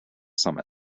summit